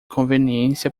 conveniência